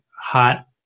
hot